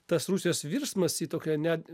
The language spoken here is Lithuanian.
tas rusijos virsmas į tokią net